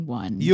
one